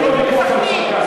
דיברתי על השהידים של כפר-קאסם.